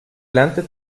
lernte